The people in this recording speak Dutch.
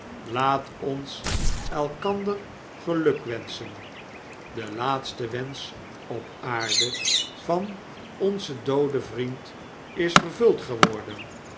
laat ons elkander gelukwenschen de laatste wensch op aarde van onzen dooden vriend is vervuld geworden